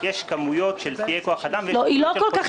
יש כמויות של שיאי כוח אדם -- היא לא כל כך